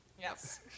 Yes